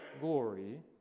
glory